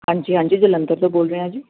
ਹਾਂਜੀ ਹਾਂਜੀ ਜਲੰਧਰ ਤੋਂ ਬੋਲ ਰਹੇ ਹਾਂ ਜੀ